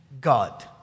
God